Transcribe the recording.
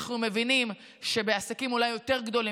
אנחנו מבינים שבעסקים אולי יותר גדולים